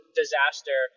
disaster